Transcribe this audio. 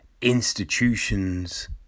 institutions